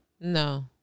No